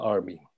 Army